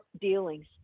dealings